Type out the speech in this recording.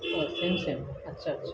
ওহ same same আচ্ছা আচ্ছা